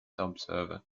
observer